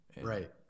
Right